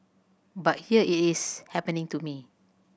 but here it is happening to me